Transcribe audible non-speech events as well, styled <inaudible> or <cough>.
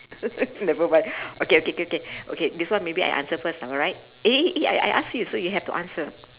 <laughs> nevermind okay okay K K okay this one maybe I answer first alright eh I I ask you so you have to answer